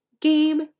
game